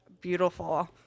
beautiful